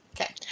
Okay